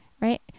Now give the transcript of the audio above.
right